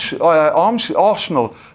Arsenal